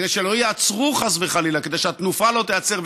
כדי שלא ייעצרו חס וחלילה, כדי שהתנופה לא תיעצר.